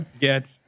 get